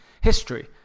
history